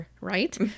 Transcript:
right